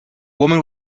woman